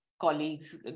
colleagues